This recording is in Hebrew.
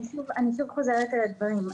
אני שוב חוזרת על הדברים.